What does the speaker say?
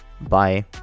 Bye